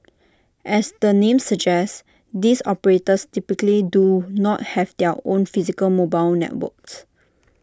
as the name suggests these operators typically do not have their own physical mobile networks